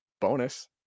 bonus